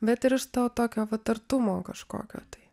bet ir iš to tokio vat artumo kažkokio tai